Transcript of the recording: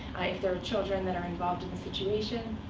if there are children that are involved in the situation.